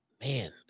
Man